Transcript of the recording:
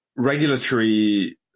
Regulatory